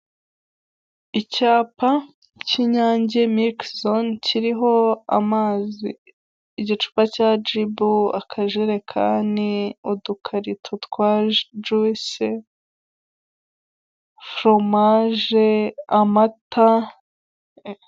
Inzu isize amabara y'iroza ndetse n'ibirahure, ni inzu y'amagorofa ane imbere yayo hahagaze ama modoka menshi ndetse n'umuntu umwe wambaye imyenda y'umweru uri hagati y'ayo ma modoka.